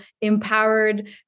empowered